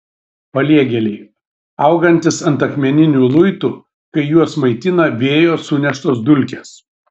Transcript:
paliegėliai augantys ant akmeninių luitų kai juos maitina vėjo suneštos dulkės